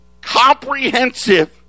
comprehensive